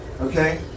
Okay